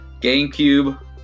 GameCube